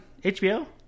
HBO